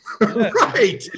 Right